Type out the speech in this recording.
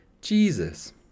Jesus